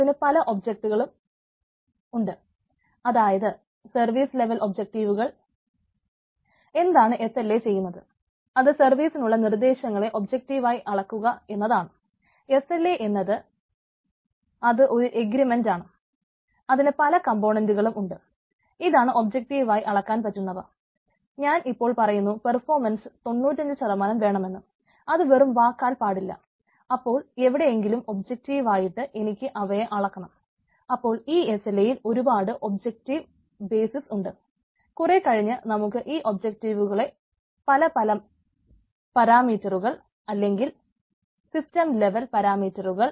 അതിന് പല ഒബ്ജക്ടീവുകളും ഉപയോഗിച്ച് കണക്കുകൂട്ടുന്നത് കാണാൻ പറ്റും